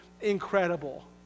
incredible